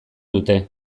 dute